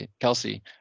Kelsey